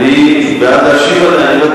בעד להשיב עליה.